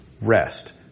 rest